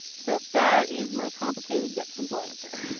so that is my complicated yet simple answer.